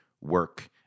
work